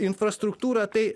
infrastruktūra tai